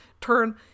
turn